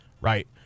right